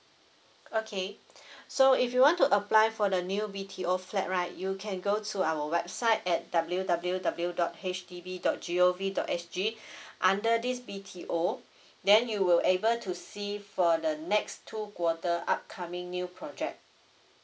okay so if you want to apply for the new B_T_O flat right you can go to our website at w w w dot H D B dot g o v dot s g under this B_T_O then you will able to see for the next two quarter upcoming new project